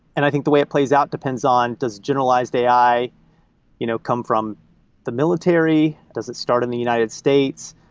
and i think the way it plays out depends on does generalized a i. you know come from the military? does it start in the united states?